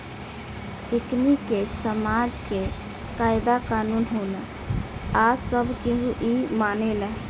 एकनि के समाज के कायदा कानून होला आ सब केहू इ मानेला